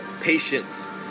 Patience